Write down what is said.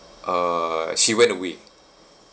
err she went away